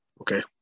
Okay